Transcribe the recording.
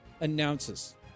announces